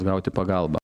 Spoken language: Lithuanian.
gauti pagalbą